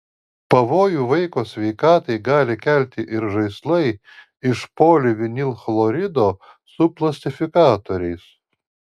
pavojų vaiko sveikatai gali kelti ir žaislai iš polivinilchlorido su plastifikatoriais